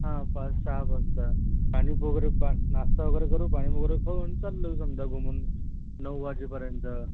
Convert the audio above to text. हा पाच सहा वाजता पाणीपुरी प्रा नाश्ता वगैरे करून पाणीपुरी खाऊन चाललो समदा घुमून नऊ वाजेपर्यंत